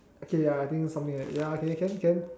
okay ya I think something like that ya okay can can